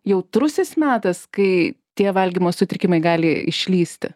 jautrusis metas kai tie valgymo sutrikimai gali išlįsti